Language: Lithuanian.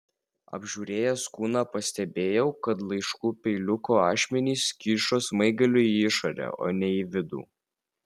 apžiūrėjęs kūną pastebėjau kad laiškų peiliuko ašmenys kyšo smaigaliu į išorę o ne į vidų